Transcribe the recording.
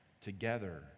together